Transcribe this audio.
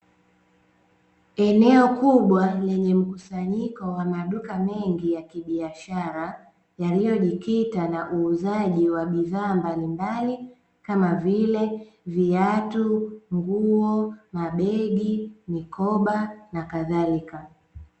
Eneo kubwa lenye mkusanyiko wa maduka mengi ya kibiashara, yaliyojikita na uuzaji wa bidhaa mbalimbali kama vile: viatu, nguo, mabegi, mikoba na kadhalika.